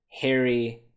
Harry